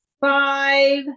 five